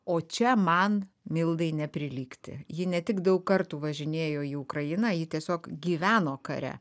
o čia man mildai neprilygti ji ne tik daug kartų važinėjo į ukrainą ji tiesiog gyveno kare